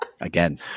again